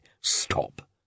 Stop